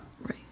Right